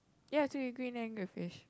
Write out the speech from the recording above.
yeah I told you green and grey fish